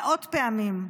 מאות פעמים,